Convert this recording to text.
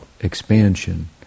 expansion